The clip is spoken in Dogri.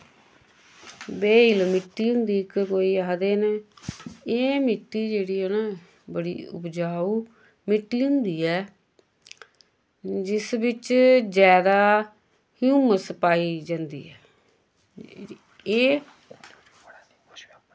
बेईल मिट्टी होंदी इक कोई आखदे न एह् मिट्टी जेह्ड़ी ऐ ना बड़ी उपजाऊ मिट्टी होंदी ऐ जिस विच जैदा हयूमस पाई जंदी ऐ एह्